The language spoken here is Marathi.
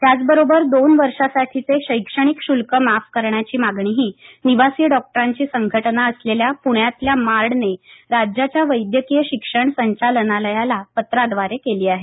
त्याचबरोबर दोन वर्षासाठीचे शैक्षणिक शुल्क माफ करण्याची मागणीही निवासी डॉक्टरांची संघटना असलेल्या पुण्यातल्या मार्डने राज्याच्या वैद्यकीय शिक्षण संचालनालयाला पत्राद्वारे केली आहे